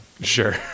Sure